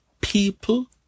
people